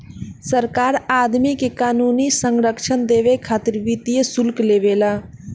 सरकार आदमी के क़ानूनी संरक्षण देबे खातिर वित्तीय शुल्क लेवे ला